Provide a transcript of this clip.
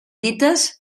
dites